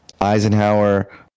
Eisenhower